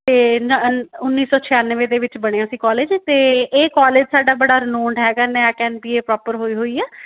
ਅਤੇ ਨ ਅ ਉੱਨੀ ਸੌ ਛਿਆਨਵੇਂ ਦੇ ਵਿੱਚ ਬਣਿਆ ਸੀ ਕੋਲਜ ਅਤੇ ਇਹ ਕੋਲਜ ਸਾਡਾ ਬੜਾ ਰਿਨੋਂਡ ਹੈਗਾ NAAC N B A proper ਹੋਈ ਹੋਈ ਹੈ